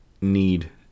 need